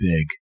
big